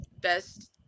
best